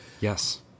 Yes